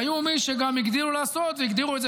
היו מי שגם הגדילו לעשות והגדירו את זה